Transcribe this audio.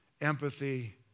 empathy